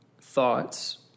thoughts